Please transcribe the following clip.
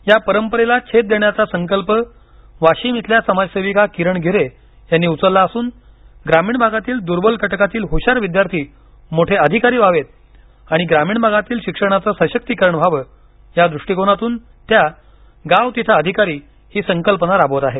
या परंपरेला छेद देण्याचा संकल्प वाशिम येथील समाज सेविका किरण गिर्हे यांनी उचलला असून ग्रामीण भागातील दूर्बल घटकातील हुशार विद्यार्थी मोठे अधिकारी व्हावेत आणि ग्रामीण भागातील शिक्षणाचं सशक्तीकरण व्हावं या दृष्टीकोनातून त्या गांव तिथे अधिकारी ही संकल्पना राबवत आहेत